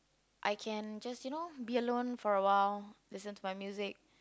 I can just you know be alone for a while listen to my music